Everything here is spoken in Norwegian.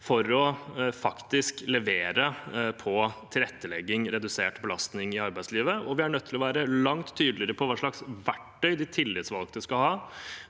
for faktisk å levere på tilrettelegging og redusert belastning i arbeidslivet. Vi er også nødt til å være langt tydeligere på hva slags verktøy de tillitsvalgte skal ha